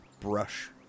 brush